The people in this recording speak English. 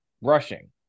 rushing